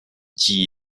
记忆